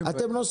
אתם הבאתם נושא